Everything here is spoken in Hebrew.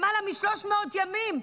למעלה מ-300 ימים,